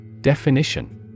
Definition